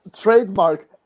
Trademark